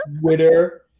Twitter